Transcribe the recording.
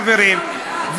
חברים,